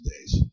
days